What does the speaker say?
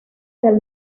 del